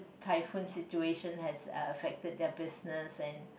typhoon situation has affected their business and